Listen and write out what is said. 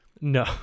No